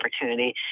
opportunity